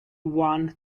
one